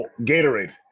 gatorade